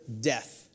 death